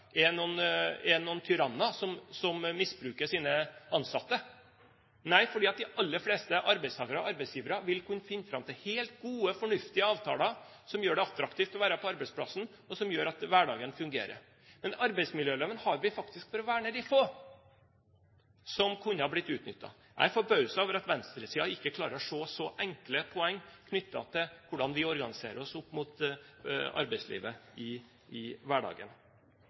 vil kunne finne fram til helt gode, fornuftige avtaler som gjør det attraktivt å være på arbeidsplassen, og som gjør at hverdagen fungerer. Men arbeidsmiljøloven har vi faktisk for å verne de få som kunne ha blitt utnyttet. Jeg er forbauset over at venstresiden ikke klarer å se så enkle poeng knyttet til hvordan vi organiserer oss opp mot arbeidslivet i hverdagen.